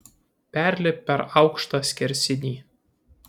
perlipk per aukštą skersinį